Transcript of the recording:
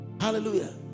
hallelujah